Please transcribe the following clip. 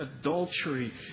adultery